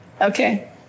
Okay